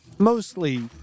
Mostly